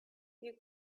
you